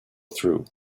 through